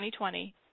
2020